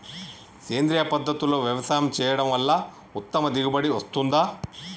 సేంద్రీయ పద్ధతుల్లో వ్యవసాయం చేయడం వల్ల ఉత్తమ దిగుబడి వస్తుందా?